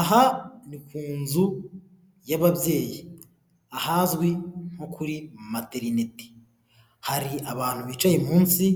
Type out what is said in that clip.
Aha ni ku nzu y'ababyeyi ahazwi nko kuri materinete, hari abantu bicaye munsi